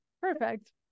perfect